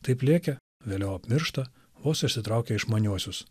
taip lėkę vėliau apmiršta vos išsitraukę išmaniuosius